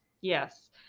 Yes